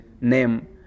name